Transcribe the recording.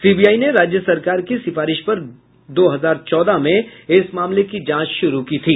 CBI ने राज्य सरकार की सिफारिश पर दो हजार चौदह में इस मामले की जांच शुरू की थी